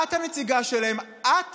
את הנציגה שלהם, את